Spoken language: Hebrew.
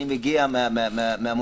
אני מגיע מהמוניציפלי,